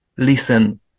Listen